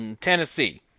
Tennessee